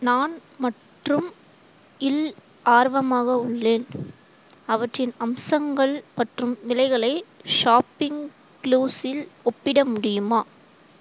நான் மற்றும் இல் ஆர்வமாக உள்ளேன் அவற்றின் அம்சங்கள் மற்றும் விலைகளை ஷாப்பிங் க்ளோஸில் ஒப்பிட முடியுமா